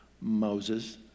Moses